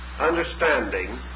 understanding